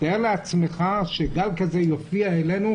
תאר לעצמך שגל כזה יופיע אלינו,